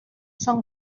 són